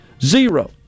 Zero